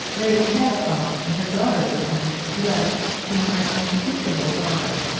lady catafalque and her daughter returned, dressed, to my unspeakable horror,